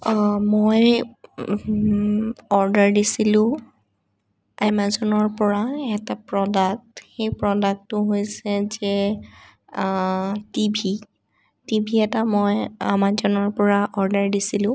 অঁ মই অৰ্ডাৰ দিছিলোঁ এমাজনৰ পৰা এটা প্ৰডাক্ট সেই প্ৰডাক্টো হৈছে যে টি ভি টি ভি এটা মই এমাজনৰ পৰা অৰ্ডাৰ দিছিলোঁ